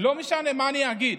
לא משנה מה אני אגיד,